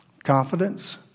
Confidence